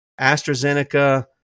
AstraZeneca